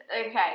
okay